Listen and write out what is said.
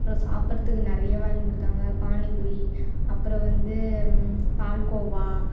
அப்புறம் சாப்புடுறதுக்கு நிறையா வாங்கி கொடுத்தாங்க பானிபூரி அப்புறம் வந்து பால்கோவா